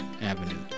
Avenue